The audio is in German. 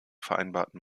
vereinbarten